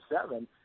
seven